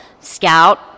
Scout